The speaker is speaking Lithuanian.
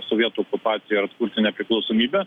sovietų okupaciją ir atkurti nepriklausomybę